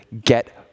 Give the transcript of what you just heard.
get